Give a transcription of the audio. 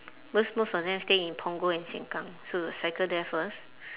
because most of them stay in punggol and sengkang so we'll cycle there first